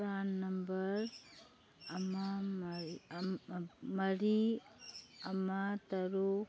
PRAN number ꯑꯃ ꯃꯔꯤ ꯑꯃ ꯇꯔꯨꯛ